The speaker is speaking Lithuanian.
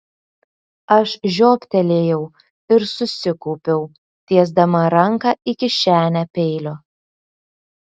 aš žioptelėjau ir susikaupiau tiesdama ranką į kišenę peilio